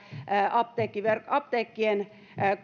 apteekkien apteekkien